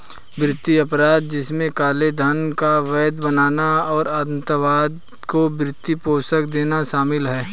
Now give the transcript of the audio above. वित्तीय अपराध, जिनमें काले धन को वैध बनाना और आतंकवाद को वित्त पोषण देना शामिल है